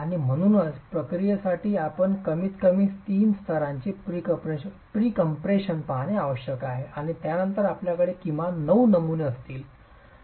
आणि म्हणूनच प्रक्रियेसाठी आपण कमीतकमी तीन स्तरांचे प्रीकम्प्रेशन पाहणे आवश्यक आहे आणि त्यानंतर आपल्याकडे किमान 9 नमुने असतील